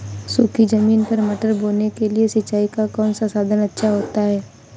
सूखी ज़मीन पर मटर बोने के लिए सिंचाई का कौन सा साधन अच्छा होता है?